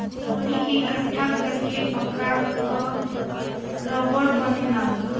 वही के इकट्ठा कर के पका क रबड़ बनेला